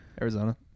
Arizona